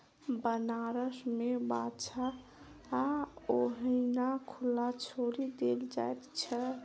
बनारस मे बाछा ओहिना खुला छोड़ि देल जाइत छै